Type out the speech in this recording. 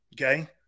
Okay